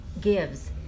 gives